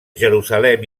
jerusalem